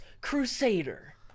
crusader